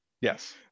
Yes